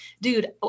dude